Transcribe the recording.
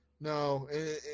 No